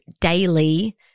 daily